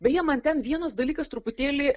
beje man ten vienas dalykas truputėlį